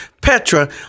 Petra